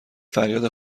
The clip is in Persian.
فریاد